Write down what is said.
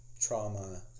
trauma